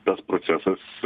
tas procesas